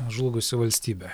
žlugusi valstybė